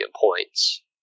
points